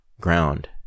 ground